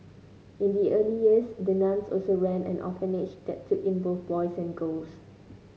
in the early years the nuns also ran an orphanage that took in both boys and girls